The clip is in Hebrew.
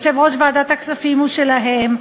יושב-ראש ועדת הכספים הוא שלהם,